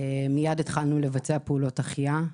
מיד התחלנו לבצע פעולות החייאה,